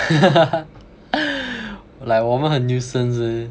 like 我们很 nuisance meh